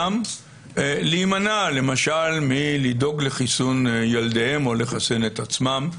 להימנע למשל מלדאוג לחיסון ילדיהם או לחסן את עצמם.